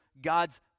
God's